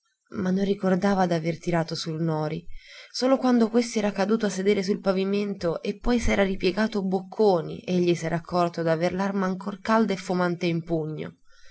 ma non ricordava d'aver tirato sul noti solo quando questi era caduto a sedere sul pavimento e poi s'era ripiegato bocconi egli s'era accorto d'aver l'arma ancor calda e fumante in pugno